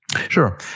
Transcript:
Sure